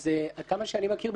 עד כמה שאני מכיר,